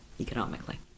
economically